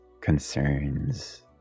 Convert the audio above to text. concerns